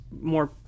more